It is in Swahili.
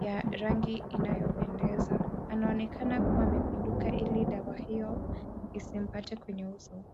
ya rangi inayopendeza. Anaonekana kuwa amepinduka ili dawa hiyo isimpate kwenye uso.